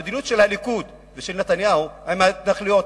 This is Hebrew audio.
המדיניות של הליכוד ושל נתניהו עם ההתנחלויות